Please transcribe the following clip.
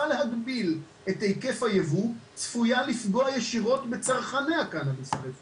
להגביל את היקף הייבוא צפויה לפגוע ישירות בצרכני הקנאביס הרפואי